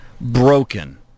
broken